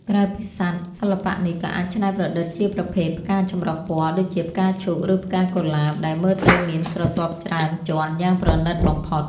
ក្រៅពីសត្វ សិល្បៈនេះក៏អាចច្នៃប្រឌិតជាប្រភេទផ្កាចម្រុះពណ៌ ដូចជាផ្កាឈូក ឬផ្កាកុលាប ដែលមើលទៅមានស្រទាប់ច្រើនជាន់យ៉ាងប្រណីតបំផុត។